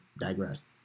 digress